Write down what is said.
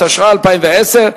התשע"א 2010,